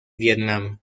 vietnam